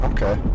Okay